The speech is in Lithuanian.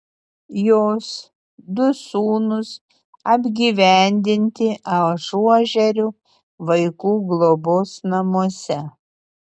jos du sūnūs apgyvendinti ažuožerių vaikų globos namuose